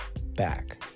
back